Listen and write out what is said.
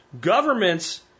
Government's